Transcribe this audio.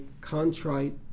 contrite